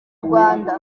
rwanda